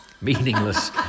Meaningless